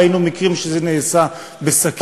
ראינו מקרים שזה נעשה בסכין,